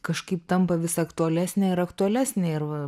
kažkaip tampa vis aktualesnė ir aktualesnė ir va